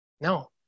no